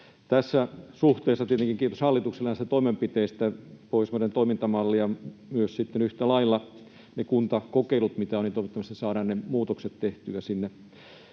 tässä suhteessa tietenkin kiitos hallitukselle näistä toimenpiteistä. Pohjoismainen toimintamalli ja myös sitten yhtä lailla ne kuntakokeilut, mitä on: toivottavasti saadaan ne muutokset tehtyä sinne